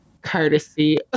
courtesy